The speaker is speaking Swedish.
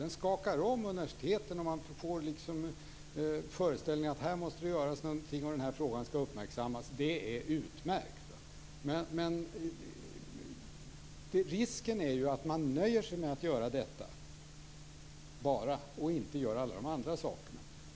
Den skakar om universiteten, och man får föreställningen att här måste det göras någonting och den här frågan skall uppmärksammas. Det är utmärkt. Men risken är att man nöjer sig med att göra enbart detta och inte gör alla de andra sakerna.